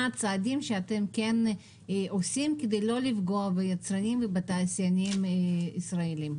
מה הצעדים שאתם כן עושים כדי לא לפגוע ביצרנים ובתעשיינים ישראלים?